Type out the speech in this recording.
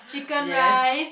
ya